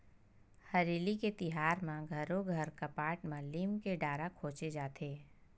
हरेली के तिहार म घरो घर कपाट म लीम के डारा खोचे जाथे